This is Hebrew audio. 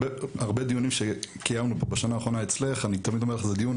הרבה דיונים שקיימנו פה בשנה האחרונה אצלך אני תמיד אומר שזה דיון